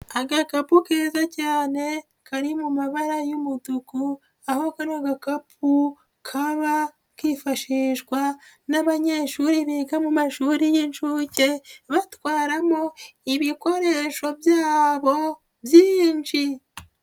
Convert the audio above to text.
Agakapu keza cyane kari mu mabara y'umutuku aho kano gakapu kaba kifashishwa n'abanyeshuri biga mu mashuri y'inshuke batwaramo ibikoresho byabo byinshi.